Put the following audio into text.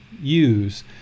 use